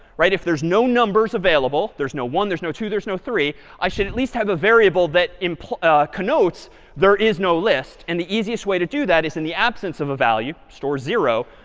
right, if there's no numbers available there's no one, there's no two, there's no three i should at least have a variable that connotes there is no list. and the easiest way to do that is in the absence of a value, store zero,